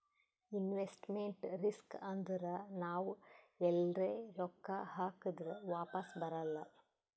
investment risk ಅಂದುರ್ ನಾವ್ ಎಲ್ರೆ ರೊಕ್ಕಾ ಹಾಕ್ದಾಗ್ ವಾಪಿಸ್ ಬರಲ್ಲ